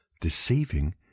deceiving